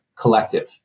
collective